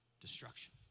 destruction